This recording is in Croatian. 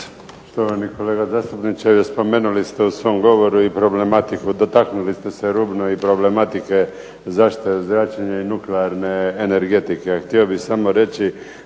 Štovani gospodine zastupniče spomenuli ste u svom govoru i problematiku dotaknuli ste se rubno i problematike zaštite od zračenja i nuklearne energetike.